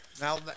now